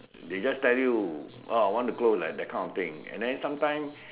they just tell you ah want to close that kind of thing then sometime